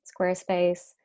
Squarespace